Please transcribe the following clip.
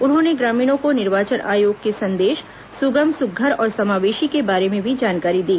उन्होंने ग्रामीणों को निर्वाचन आयोग के संदेश सुगम सुध्यर और समावेशी के बारे में भी जानकारी दी